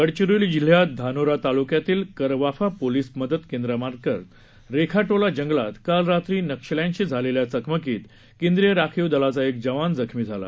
गडचिरोली जिल्ह्यात धानोरा तालुक्यातील कारवाफा पोलिस मदत केंद्रांतर्गत रेखाटोला जंगलात काल रात्री नक्षल्यांशी झालेल्या चकमकीत केंद्रीय राखीव दलाचा एक जवान जखमी झाला